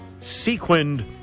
sequined